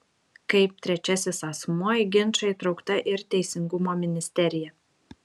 kaip trečiasis asmuo į ginčą įtraukta ir teisingumo ministerija